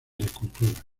esculturas